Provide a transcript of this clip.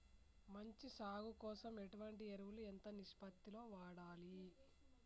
మంచి సాగు కోసం ఎటువంటి ఎరువులు ఎంత నిష్పత్తి లో వాడాలి?